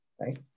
right